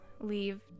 leave